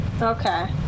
Okay